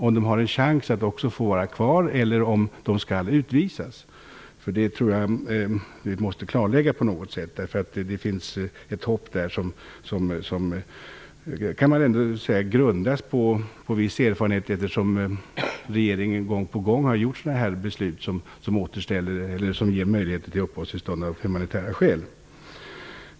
Har också de en chans att få stanna kvar, eller skall de utvisas? Det tror jag att vi måste klarlägga på något sätt. Det finns ett hopp som grundas på viss erfarenhet, eftersom regeringen gång på gång har fattat beslut som ger möjlighet till uppehållstillstånd av humanitära skäl.